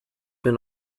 been